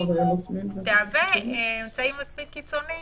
תהיה סיבה מספיק קיצונית